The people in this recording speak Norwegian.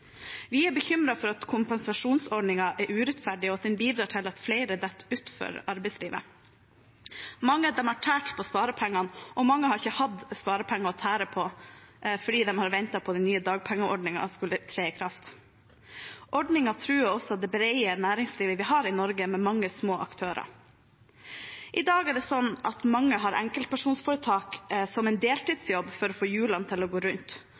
Vi er bekymret for at kompensasjonsordningen er urettferdig og kan bidra til at flere faller utenfor arbeidslivet. Mange av dem har tæret på sparepengene – men mange har ikke hatt sparepenger å tære på – fordi de har ventet på at den nye dagpengeordningen skulle tre i kraft. Ordningen truer også det brede næringslivet vi har i Norge med mange små aktører. I dag er det slik at mange har enkeltpersonforetak som en deltidsjobb for å få hjulene til å gå rundt.